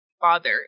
father